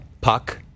puck